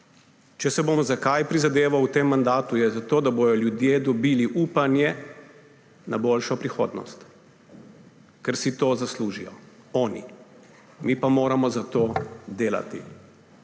Če si bom za kaj prizadeval v tem mandatu, je za to, da bodo ljudje dobili upanje na boljšo prihodnost. Ker si to zaslužijo. Oni. Mi pa moramo za to delati.